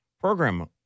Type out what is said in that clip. program